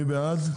מי בעד?